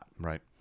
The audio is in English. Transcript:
Right